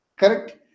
Correct